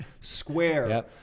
Square